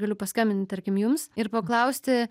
galiu paskambint tarkim jums ir paklausti